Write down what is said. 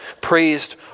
praised